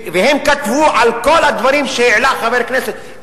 והם כתבו על כל הדברים שהעלה חבר הכנסת,